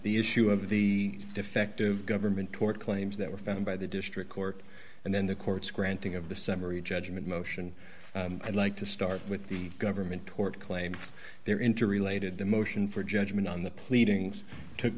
the issue of the defective government tort claims that were found by the district court and then the court's granting of the summary judgment motion i'd like to start with the government tort claim there are interrelated the motion for judgment on the pleadings took